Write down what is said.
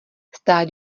stát